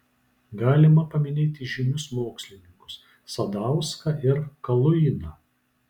galima paminėti žymius mokslininkus sadauską ir kaluiną